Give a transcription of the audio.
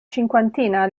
cinquantina